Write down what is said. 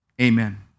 Amen